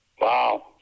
Wow